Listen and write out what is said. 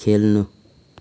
खेल्नु